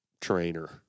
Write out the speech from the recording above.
trainer